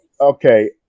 okay